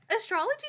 astrology